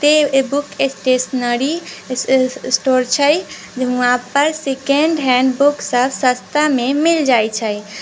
book stationery store छै वहाँ पर सकेंड हैंड बुक सब सस्ता मे मिल जाइ छै